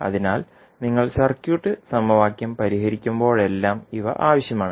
അതിനാൽ നിങ്ങൾ സർക്യൂട്ട് സമവാക്യം പരിഹരിക്കുമ്പോഴെല്ലാം ഇവ ആവശ്യമാണ്